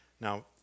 Now